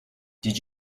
did